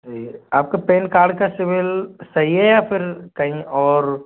जी आपका PAN card का CIBIL सही है या फिर कहीं और